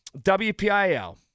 WPIL